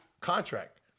contract